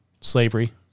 slavery